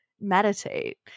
meditate